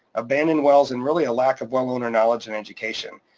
abandoned wells, and really a lack of well owner knowledge and education.